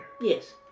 Yes